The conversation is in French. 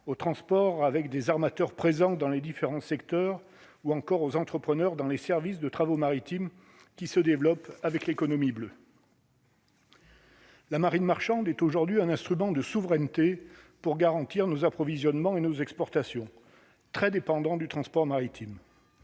aux transports avec des armateurs présents dans les différents secteurs ou encore aux entrepreneurs dans les services de travaux maritimes qui se développe avec l'économie bleue. La marine marchande, est aujourd'hui un instrument de souveraineté pour garantir nos approvisionnements et nous nos exportations très dépendant du transport maritime.